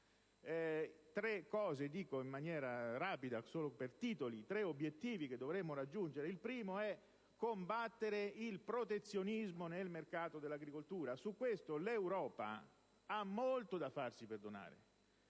responsabilità. Vi dico, solo per titoli, i tre obiettivi che dovremmo raggiungere. Il primo è combattere il protezionismo nel mercato dell'agricoltura. Su questo, l'Europa ha molto da farsi perdonare.